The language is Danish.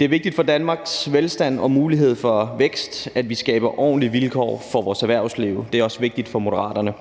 Det er vigtigt for Danmarks velstand og mulighed for vækst, at vi skaber ordentlige vilkår for vores erhvervsliv. Det er også vigtigt for Moderaterne.